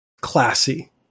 classy